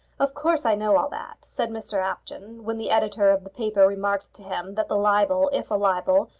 of course i know all that, said mr apjohn when the editor of the paper remarked to him that the libel, if a libel,